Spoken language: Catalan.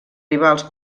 rivals